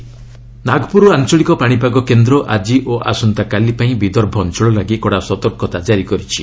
ନାଗପ୍ରର heatwave Nagpur ଆଞ୍ଚଳିକ ପାଶିପାଗ କେନ୍ଦ୍ର ଆଜି ଓ ଆସନ୍ତାକାଲି ପାଇଁ ବିଦର୍ଭ ଅଞ୍ଚଳ ଲାଗି କଡ଼ା ସତର୍କତା କାରି କରିଛି